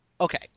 Okay